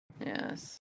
Yes